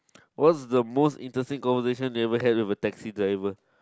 what's the most interesting conversation you ever had with a taxi driver